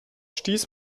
stieß